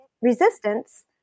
resistance